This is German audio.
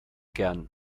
gerne